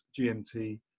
GMT